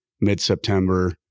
mid-september